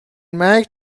مرگ